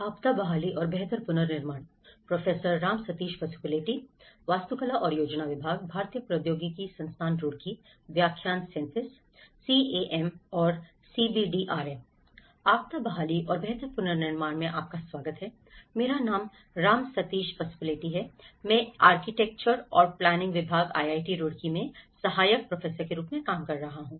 आपदा बहाली और बेहतर पुनर्निर्माण में आपका स्वागत है मेरा नाम राम सतेश पासुपुलेटी है मैं आर्किटेक्चर और प्लानिंग विभाग आईआईटी रुड़की में सहायक प्रोफेसर के रूप में काम कर रहा हूं